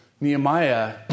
Nehemiah